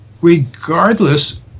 regardless